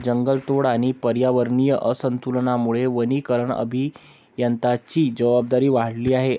जंगलतोड आणि पर्यावरणीय असंतुलनामुळे वनीकरण अभियंत्यांची जबाबदारी वाढली आहे